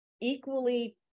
equally